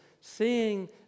seeing